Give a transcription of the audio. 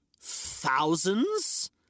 Thousands